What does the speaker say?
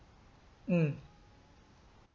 mm